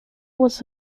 was